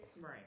Right